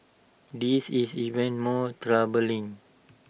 this is even more troubling